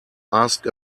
asked